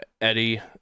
Eddie